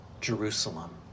Jerusalem